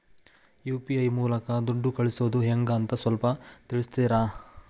UPI ಮೂಲಕ ದುಡ್ಡು ಕಳಿಸೋದ ಹೆಂಗ್ ಅಂತ ಸ್ವಲ್ಪ ತಿಳಿಸ್ತೇರ?